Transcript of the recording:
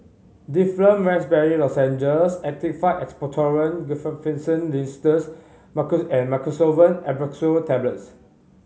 Difflam Raspberry Lozenges Actified Expectorant Guaiphenesin Linctus and Mucosolvan Ambroxol Tablets